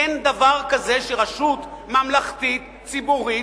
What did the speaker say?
אין דבר כזה שרשות ממלכתית ציבורית,